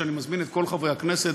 שאני מזמין את כל חברי הכנסת,